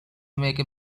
make